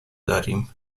داریم